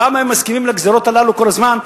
למה הם מסכימים לגזירות הללו כל הזמן?